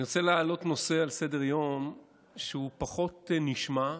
אני רוצה להעלות נושא על סדר-היום שהוא פחות נשמע,